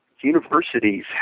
universities